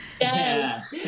Yes